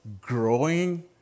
growing